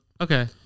okay